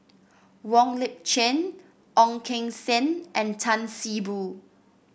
Wong Lip Chin Ong Keng Sen and Tan See Boo